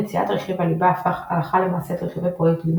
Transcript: יציאת רכיב הליבה הפך הלכה למעשה את רכיבי פרויקט גנו